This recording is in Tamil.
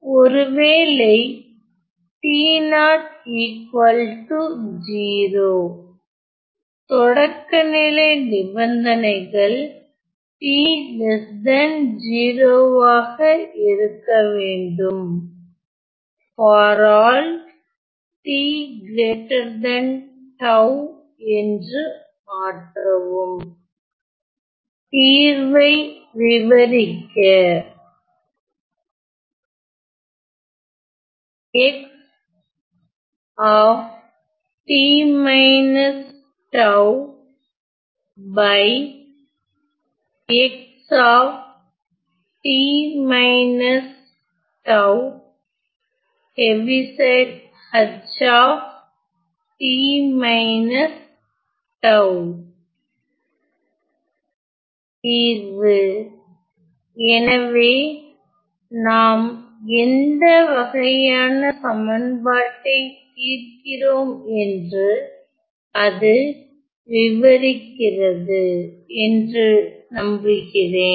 ஒரு வேளை t0 0 தொடக்கநிலை நிபந்தனைகள் t 0 ஆக இருக்க வேண்டும் t 𝜏 என்று மாற்றவும் தீர்வை விவரிக்க xt 𝜏 ↔ xt 𝜏 Ht 𝜏 தீர்வு எனவே நாம் எந்த வகையான சமன்பாட்டை தீர்க்கிறோம் என்று அது விவரிக்கிறது என்று நம்புகிறேன்